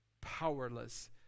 powerless